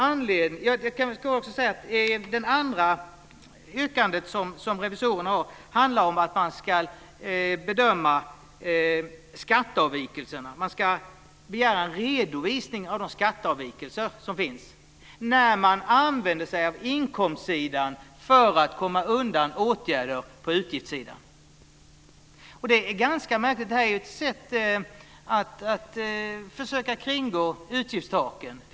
Det andra yrkandet från revisorerna handlar om att bedöma skatteavvikelserna, dvs. begära en redovisning av de skatteavvikelser som finns när man använder sig av inkomstsidan för att komma undan åtgärder på utgiftssidan. Det här är ganska märkligt. Det är ett sätt att försöka kringgå utgiftstaken.